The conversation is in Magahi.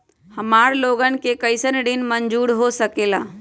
हमार लोगन के कइसन ऋण मंजूर हो सकेला?